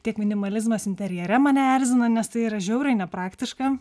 tiek minimalizmas interjere mane erzina nes tai yra žiauriai nepraktiška